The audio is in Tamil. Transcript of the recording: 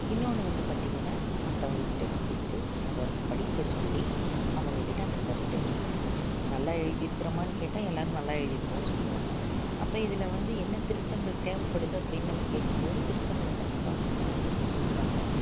இன்னொன்னு வந்து பார்த்திங்கன்னா மற்றவங்கக்கிட்ட கொடுத்து அதை படிக்க சொல்லி அவங்கக்கிட்டே அந்த கருத்தை கேக்கிறது நல்லா எழுதிருக்கிறமான்னு கேட்டால் எல்லோரும் நல்லா எழுதிருக்குறேன்னு சொல்வாங்க அப்போ இதில் வந்து என்ன திருத்தங்கள் தேவைப்படுது அப்படின்னு நம்ம கேட்கும்போது திருத்தங்களை கண்டிப்பாக மற்றவங்க நம்மளுக்கு சொல்கிறாங்க